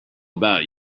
about